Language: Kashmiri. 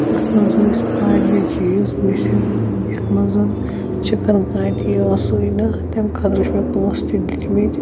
اَتھ مںٛز ٲسۍ واریاہ چیٖز مِسِنٛگ یَتھ منٛز چِکَن کانتی ٲسٕے نہٕ تَمہِ خٲطرٕ چھِ مےٚ پونٛسہٕ تہِ دِتۍ مٕتۍ